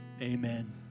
amen